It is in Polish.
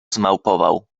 zmałpował